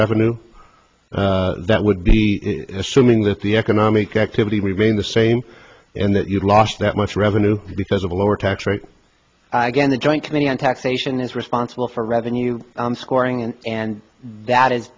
revenue that would be assuming that the economic activity we mean the same and that you've lost that much revenue because of a lower tax rate again the joint committee on taxation is responsible for revenue scoring and and that is